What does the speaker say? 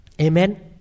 Amen